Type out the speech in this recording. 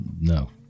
no